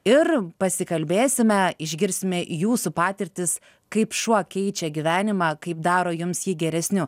ir pasikalbėsime išgirsime jūsų patirtis kaip šuo keičia gyvenimą kaip daro jums jį geresniu